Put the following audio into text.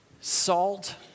Salt